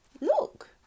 Look